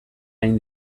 hain